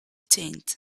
tent